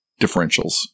differentials